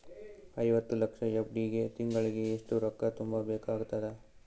ಐವತ್ತು ಲಕ್ಷ ಎಫ್.ಡಿ ಗೆ ತಿಂಗಳಿಗೆ ಎಷ್ಟು ರೊಕ್ಕ ತುಂಬಾ ಬೇಕಾಗತದ?